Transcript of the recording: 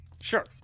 Sure